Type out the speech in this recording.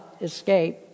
escape